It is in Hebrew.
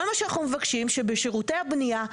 כל מה שאנחנו מבקשים הוא שבשירותי הבנייה,